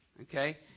Okay